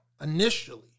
initially